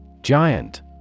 Giant